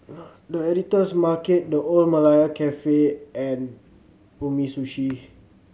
The Editor's Market The Old Malaya Cafe and Umisushi